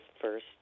first